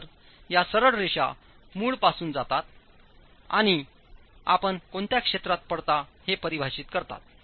तर या सरळ रेषा मूळपासून जातात आणि आपण कोणत्या क्षेत्रात पडता हे परिभाषित करतात